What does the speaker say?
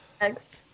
next